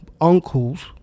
uncles